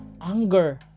anger